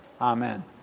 Amen